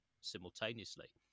simultaneously